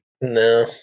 No